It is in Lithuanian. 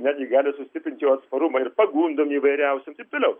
netgi gali sustiprinti jo atsparumą ir pagundom įvairiausiom taip toliau